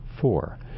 Four